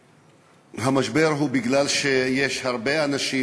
והמשבר הוא כי הרבה אנשים